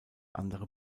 andere